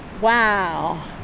Wow